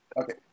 Okay